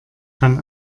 kann